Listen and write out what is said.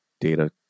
data